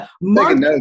Mark